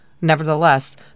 Nevertheless